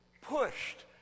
pushed